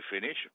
finish